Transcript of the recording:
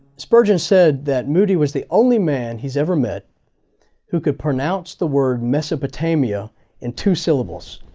spurgeon said that moody was the only man he's ever met who could pronounce the word mesopotamia in two syllables